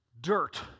dirt